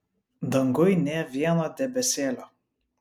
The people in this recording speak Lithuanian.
danguj nė vieno debesėlio